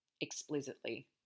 explicitly